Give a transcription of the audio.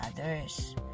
others